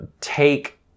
take